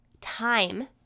time